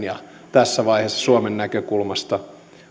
tässä vaiheessa suomen näkökulmasta